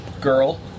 girl